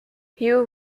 hugh